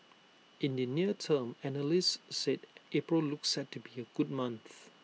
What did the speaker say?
in the near term analysts said April looks set to be A good month